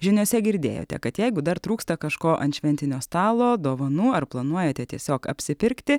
žiniose girdėjote kad jeigu dar trūksta kažko ant šventinio stalo dovanų ar planuojate tiesiog apsipirkti